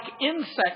insects